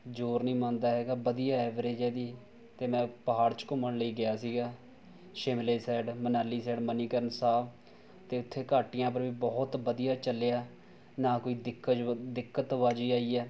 ਜ਼ੋਰ ਨਹੀਂ ਮੰਨਦਾ ਹੈਗਾ ਵਧੀਆ ਐਵਰੇਜ ਹੈ ਇਹਦੀ ਅਤੇ ਮੈਂ ਪਹਾੜ 'ਚ ਘੁੰਮਣ ਲਈ ਗਿਆ ਸੀਗਾ ਸ਼ਿਮਲੇ ਸਾਈਡ ਮਨਾਲੀ ਸਾਈਡ ਮਨੀਕਰਨ ਸਾਹਿਬ ਅਤੇ ਇੱਥੇ ਘਾਟੀਆਂ ਪਰ ਵੀ ਬਹੁਤ ਵਧੀਆ ਚੱਲਿਆ ਨਾ ਕੋਈ ਦਿੱਕਤ ਦਿੱਕਤ ਬਾਜ਼ੀ ਆਈ ਹੈ